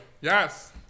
Yes